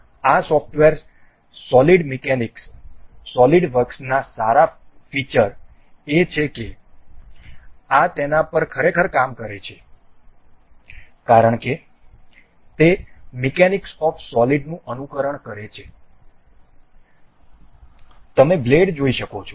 આ software solid mechanics solid વર્ક્સના સારા ફિચર એ છે કે આ તેના પર ખરેખર કામ કરે છે કારણ કે તે મિકેનિક્સ ઓફ સોલિડ્સનું અનુકરણ કરે છે તમે બ્લેડ જોઈ શકો છો